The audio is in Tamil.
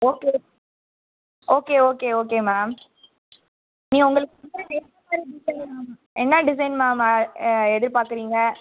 okay okay okay okay ma'am உங்களுக்கு எந்தமாதிரி டிஸைன் வேணும் என்ன டிஸைன் மேம் எதிர்பார்க்குறிங்க